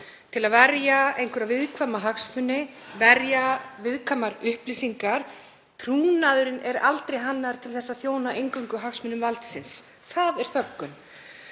til að verja viðkvæma hagsmuni, til að verja viðkvæmar upplýsingar. Trúnaðurinn er aldrei hannaður til að þjóna eingöngu hagsmunum valdsins. Það er þöggun.